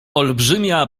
olbrzymia